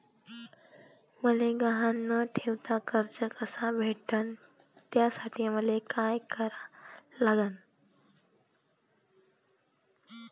मले गहान न ठेवता कर्ज कस भेटन त्यासाठी मले का करा लागन?